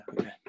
Okay